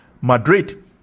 Madrid